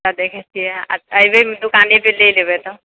अच्छा देखैत छियै एबै दुकाने पर लए तऽ